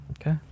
Okay